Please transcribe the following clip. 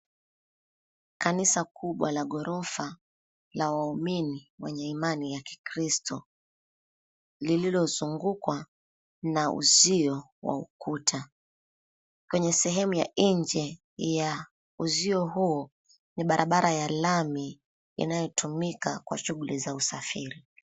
Kanisa kubwa la ghorofa, la waumini wenye imani ya kikristo. Lililozungukwa na uzio wa ukuta. Kwenye sehemu ya nje ya uzio huo, ni barabara ya lami inayotumika kwa shughuli za usafiri.